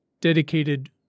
dedicated